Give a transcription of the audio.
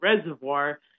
Reservoir